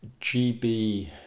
GB